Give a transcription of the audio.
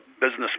business